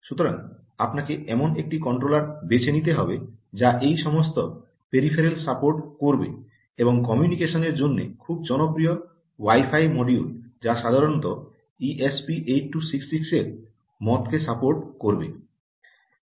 সুতরাং আপনাকে এমন একটি কন্ট্রোলার বেছে নিতে হবে যা এই সমস্ত পেরিফেরালকে সাপোর্ট করবে এবং কমিউনিকেশনের জন্য খুব জনপ্রিয় ওয়াই ফাই মডিউল যা সাধারণত ই এস পি 8266 এর মতকে সাপোর্ট করবে